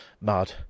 Mud